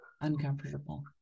uncomfortable